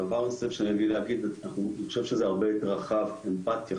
שאני אגיד, אני חושב שזה היבט רחב, אמפתיה.